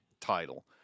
title